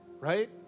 right